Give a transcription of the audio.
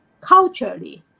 culturally